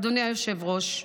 אדוני היושב-ראש,